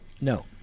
No